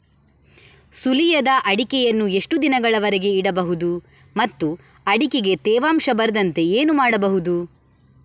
ಸುಲಿಯದ ಅಡಿಕೆಯನ್ನು ಎಷ್ಟು ದಿನಗಳವರೆಗೆ ಇಡಬಹುದು ಮತ್ತು ಅಡಿಕೆಗೆ ತೇವಾಂಶ ಬರದಂತೆ ಏನು ಮಾಡಬಹುದು?